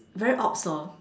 very ops hor